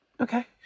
Okay